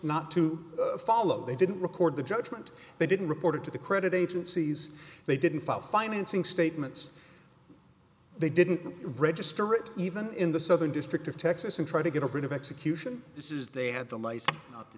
not to follow they didn't record the judgement they didn't report it to the credit agencies they didn't file financing statements they didn't register it even in the southern district of texas and try to get rid of execution this is they had the lights